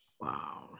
Wow